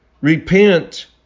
Repent